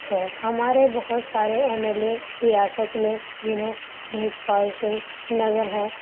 ہے ہمارے بہت سارے ایم ایل اے ریاست میں جنہیں بھیج پال سنگھ نگر ہیں